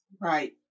Right